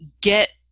get